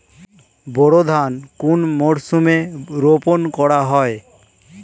বোরো ধান কোন মরশুমে রোপণ করা হয়?